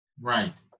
Right